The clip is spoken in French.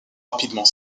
rapidement